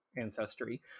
ancestry